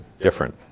different